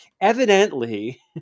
evidently